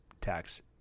tax